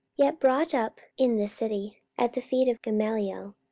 yet brought up in this city at the feet of gamaliel,